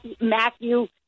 Matthew